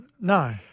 No